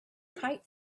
kite